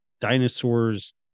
dinosaurs